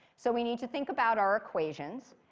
so we need to think about our equations.